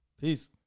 Peace